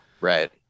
right